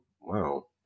wow